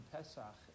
Pesach